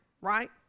right